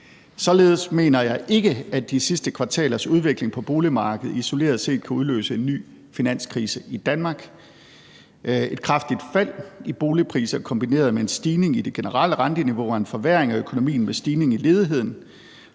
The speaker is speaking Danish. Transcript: Således mener jeg ikke, at de sidste kvartalers udvikling på boligmarkedet isoleret set kan udløse en ny finanskrise i Danmark. Et kraftigt fald i boligpriser kombineret med en stigning i de generelle renteniveauer og en forværring af økonomien med stigning i ledigheden